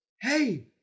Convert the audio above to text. Hey